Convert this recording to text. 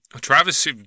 Travis